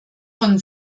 von